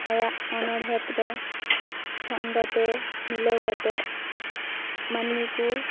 ᱟᱭᱟᱜ ᱚᱱᱚᱲᱦᱮᱫ ᱨᱮ ᱪᱷᱚᱱᱫᱚ ᱛᱮ ᱢᱤᱞᱟᱹᱣ ᱠᱟᱛᱮᱫ ᱢᱟᱹᱱᱢᱤ ᱠᱚ